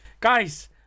guys